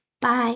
Bye